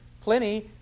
Pliny